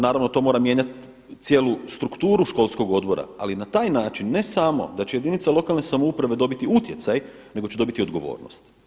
Naravno, to mora mijenjati cijelu strukturu školskog odbora ali na taj način ne samo da će jedinice lokalne samouprave dobiti utjecaj nego će dobiti odgovornost.